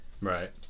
Right